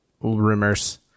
rumors